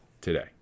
today